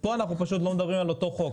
פה אנחנו פשוט לא מדברים על אותו החוק.